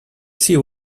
see